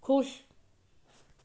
ਖੁਸ਼